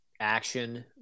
action